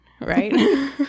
right